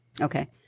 Okay